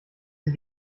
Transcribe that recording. sie